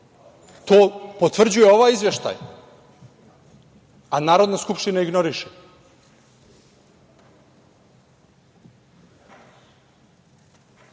To potvrđuje ovaj izveštaj, a Narodna skupština ignoriše.U